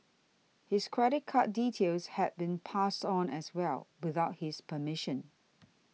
his credit card details had been passed on as well without his permission